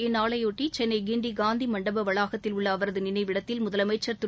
இந்நாளையொட்டிசென்னகிண்டிகாந்திமன்டபவளாகத்தில் உள்ளஅவரதுநிளைவிடத்தில் முதலமைச்ச் திரு